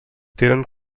tenen